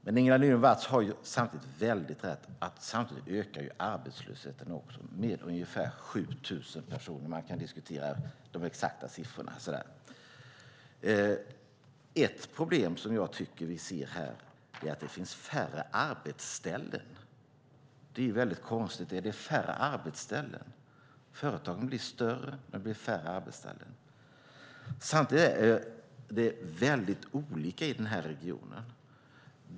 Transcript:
Men Ingela Nylund Watz har rätt i att arbetslösheten ökar samtidigt, med ungefär 7 000 personer - man kan diskutera den exakta siffran. Ett problem som jag tycker att vi ser här är att det finns färre arbetsställen. Det är konstigt. Företagen blir större, men det blir färre arbetsställen. Samtidigt är det mycket olika i regionen.